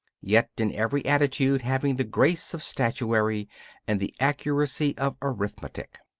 yet in every attitude having the grace of statuary and the accuracy of arithmetic.